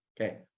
Okay